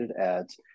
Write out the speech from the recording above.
ads